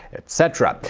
etc.